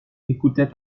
écoutait